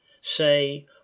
say